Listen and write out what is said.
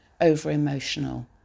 over-emotional